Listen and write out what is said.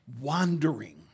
wandering